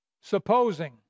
Supposing